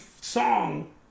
song